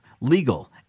legal